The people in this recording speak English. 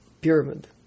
pyramid